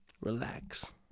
Relax